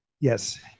yes